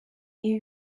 ibi